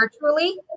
virtually